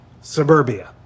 suburbia